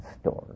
story